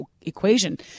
equation